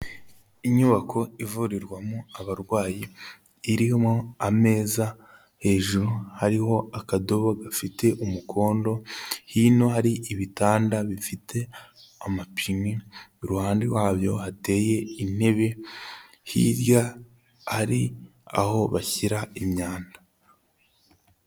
Inyubako ivurirwamo abarwayi irimo ameza, hejuru hariho akadobo gafite umukondo, hino hari ibitanda bifite amapine, iruhande rwabyo hateye intebe hirya hari aho bashyira imyanda.